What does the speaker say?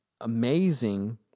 amazing